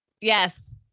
yes